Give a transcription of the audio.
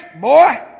boy